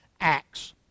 Acts